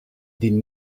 did